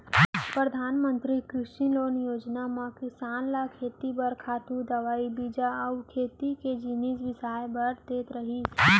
परधानमंतरी कृषि लोन योजना म किसान ल खेती बर खातू, दवई, बीजा अउ खेती के जिनिस बिसाए बर दे जाथे